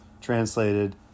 translated